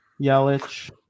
Yelich